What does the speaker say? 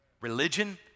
Religion